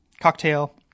cocktail